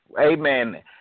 Amen